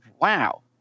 Wow